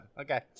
Okay